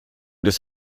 des